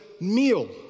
meal